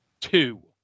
Two